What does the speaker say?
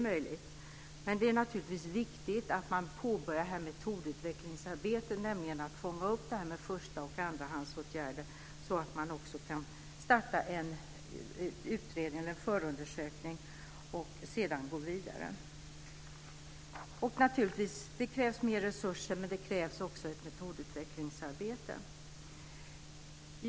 Men det är viktigt att man påbörjar ett metodutvecklingsarbete som handlar om att fånga upp detta med första och andrahandsåtgärder så att man kan starta en utredning eller förundersökning och sedan gå vidare. Det krävs naturligtvis mer resurser, men det krävs också ett metodutvecklingsarbete.